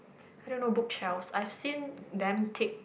I don't know book shelves I've seen them take